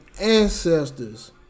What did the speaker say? ancestors